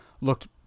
looked